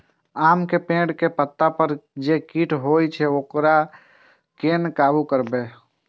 आम के पेड़ के पत्ता पर जे कीट होय छे वकरा केना काबू करबे?